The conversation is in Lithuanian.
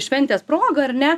šventės proga ar ne